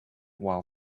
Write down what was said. while